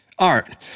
Art